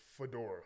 fedora